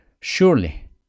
Surely